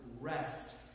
rest